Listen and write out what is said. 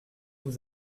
vous